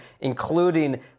including